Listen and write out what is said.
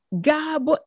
God